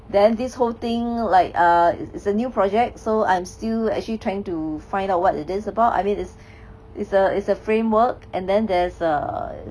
then this whole thing like err it's it's a new project so I am still actually trying to find out what is it about I mean it's it's a it's a framework and then there is err